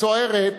סוערת